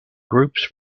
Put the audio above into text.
groups